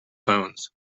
phones